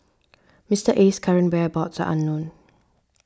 Mister Aye's current whereabouts unknown